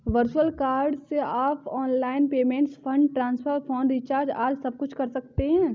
virtual card से आप online payment, fund transfer, phone recharge आदि सबकुछ कर सकते हैं